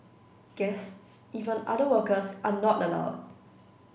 guests even other workers are not allowed